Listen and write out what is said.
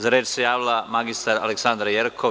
Za reč se javila magistar Aleksandra Jerkov.